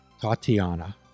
Tatiana